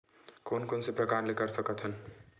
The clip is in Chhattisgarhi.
कोन कोन से प्रकार ले कर सकत हन?